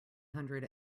hundred